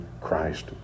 Christ